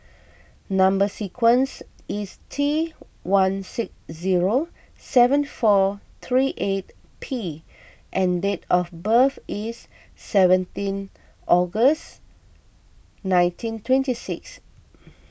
Number Sequence is T one six zero seven four three eight P and date of birth is seventeen August nineteen twenty six